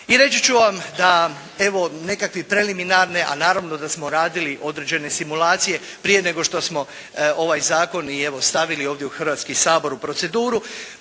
I reći ću vam da evo nekakvi preliminarne, a naravno da smo radili određene simulacije prije nego što smo ovaj zakon i evo stavili ovdje u Hrvatski sabor u proceduru,